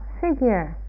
figure